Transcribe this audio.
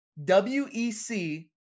WEC